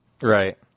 Right